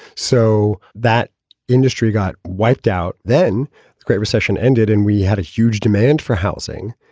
so that industry got wiped out. then the great recession ended and we had a huge demand for housing.